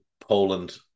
Poland